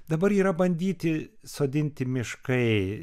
dabar yra bandyti sodinti miškai